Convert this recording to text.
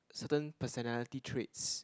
certain personality traits